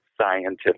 scientific